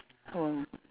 oh